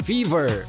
Fever